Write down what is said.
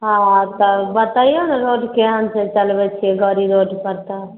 हँ तऽ बतैऔ ने रोड केहन छै चलबै छिए गाड़ी रोडपर तऽ